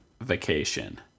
vacation